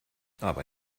aber